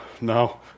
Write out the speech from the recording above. no